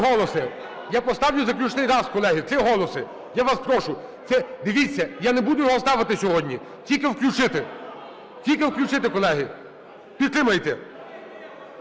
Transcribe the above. Я поставлю заключний раз, колеги. Три голоси! Я вас прошу! Це, дивіться, я не буду його ставити сьогодні, тільки включити. Тільки включити, колеги. Підтримайте!